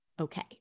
okay